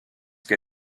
que